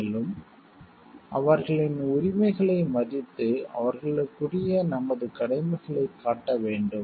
மேலும் அவர்களின் உரிமைகளை மதித்து அவர்களுக்குரிய நமது கடமைகளைக் காட்ட வேண்டும்